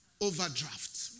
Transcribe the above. overdraft